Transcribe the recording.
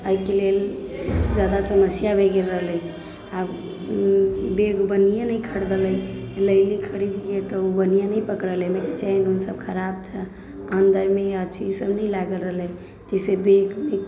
एहिकेलेल ज्यादा समस्या भऽ गेल रहलै आब बैग बढ़िए नहि खरीदले लेली खरीदके तऽ ओ बढ़िआँ नहि पकड़ेलै चेन उन सब खराब था अन्दरमे अथीसब नहि लागल रहलै जाहिसँ बैगमे